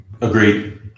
Agreed